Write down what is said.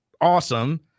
awesome